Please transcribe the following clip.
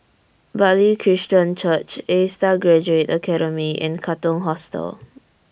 Bartley Christian Church A STAR Graduate Academy and Katong Hostel